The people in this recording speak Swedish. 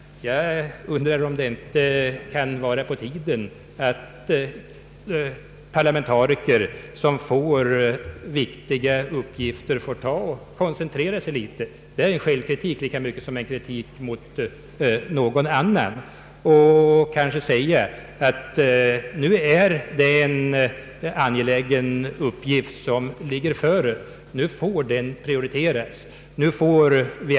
Jag undrar om det inte kan vara på tiden att parlamentariker som får viktiga uppgifter koncentrerar sig litet grand och säger att det är en angelägen uppgift som föreligger och därför måste den prioriteras. Detta är en självkritik lika mycket som en kritik mot någon annan.